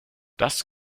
das